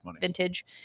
vintage